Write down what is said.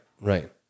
Right